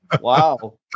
wow